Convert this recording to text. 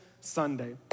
Sunday